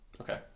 Okay